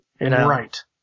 Right